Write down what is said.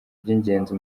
by’ingenzi